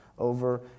over